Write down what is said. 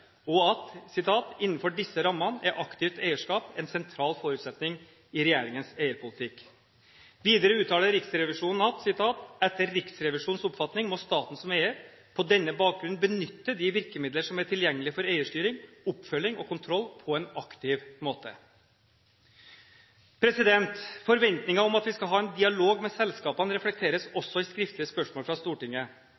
Innenfor disse rammene er aktivt eierskap en sentral forutsetning i regjeringens eierpolitikk.» Videre uttaler Riksrevisjonen: «Etter Riksrevisjonens oppfatning må staten som eier på denne bakgrunn benytte de virkemidler som er tilgjengelig for eierstyring, oppfølging og kontroll på en aktiv måte.» Forventninger om at vi skal ha en dialog med selskapene reflekteres